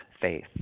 faith